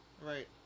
Right